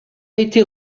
été